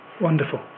Wonderful